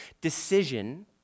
decision